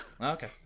Okay